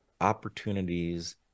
opportunities